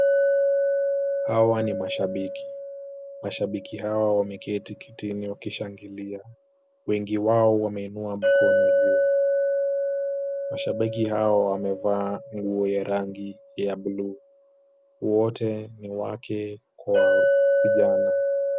Hawa ni mashabiki, mashabiki hawa wameketi kitini wakishangilia, wengi wao wameinua mikono juu. Mashabiki hao wamevaa nguo ya rangi ya buluu, wote ni wake kwa vijana.